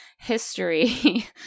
history